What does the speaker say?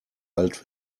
alt